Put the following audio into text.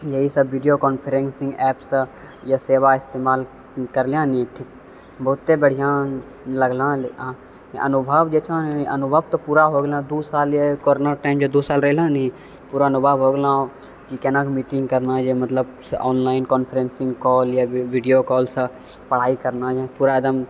यहीसभ video conferencing एप्पसँ यए सेवा इस्तेमाल करिहऽनी बहुते बढ़िआँ लगलँ अनुभव जे छँ अनुभव तऽ पूरा हो गेलँ दू साल जे कोरोना टाइम जे दू साल रहलनि पूरा नवाब हो गेलहुँ कि केना कऽ मीटिङ्ग करना यए मतलब ऑनलाइन कॉन्फ्रेंसिंग कॉल या वी वीडियो कॉलसँ पढ़ाइ करना ही पूरा एकदम